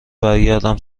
برگردم